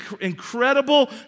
incredible